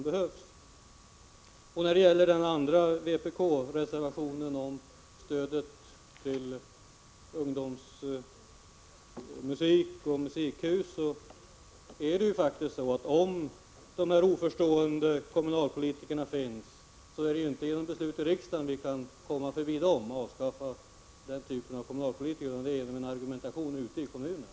Beträffande den andra vpk-reservationen, om stöd till ungdomarnas musikverksamhet och musikhus, vill jag framhålla att finns det oförstående kommunalpolitiker kan inte vi här i riksdagen genom beslut avskaffa dem, utan det måste ske genom en argumentation ute i kommunerna.